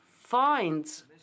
finds